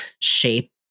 shape